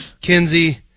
Kinsey